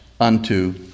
unto